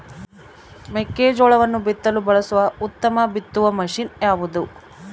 ಮೆಕ್ಕೆಜೋಳವನ್ನು ಬಿತ್ತಲು ಬಳಸುವ ಉತ್ತಮ ಬಿತ್ತುವ ಮಷೇನ್ ಯಾವುದು?